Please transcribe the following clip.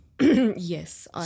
Yes